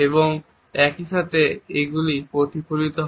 এবং একইসাথে এগুলি প্রতিফলিত হয়